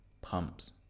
pumps